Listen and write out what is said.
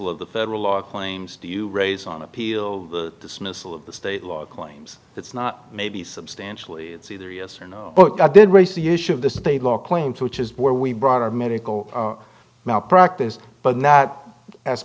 of the federal law claims do you raise on appeal the dismissal of the state law claims it's not maybe substantially it's either yes or no but i did raise the issue of the state law claims which is where we brought our medical malpractise but not as